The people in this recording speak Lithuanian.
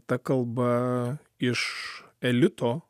ta kalba iš elito